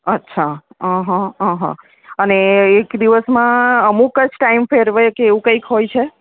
અચ્છા અને એક દિવસમાં અમુક જ ટાઇમ ફેરવે કે એવું કંઈક હોય છે